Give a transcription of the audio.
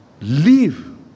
Live